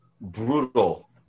brutal